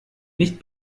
nicht